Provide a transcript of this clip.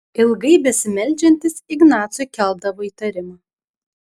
ilgai besimeldžiantys ignacui keldavo įtarimą